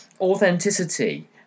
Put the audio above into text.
authenticity